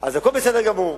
אז הכול בסדר גמור.